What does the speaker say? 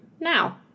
now